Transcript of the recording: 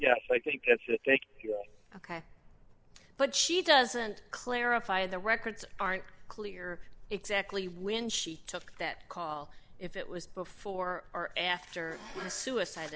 yes i think that's ok but she doesn't clarify the records aren't clear exactly when she took that call if it was before or after the suicide